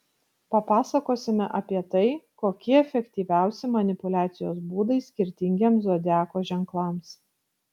papasakosime apie tai kokie efektyviausi manipuliacijos būdai skirtingiems zodiako ženklams